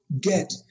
get